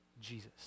Jesus